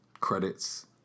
credits